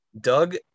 Doug